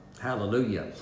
Hallelujah